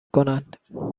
کنند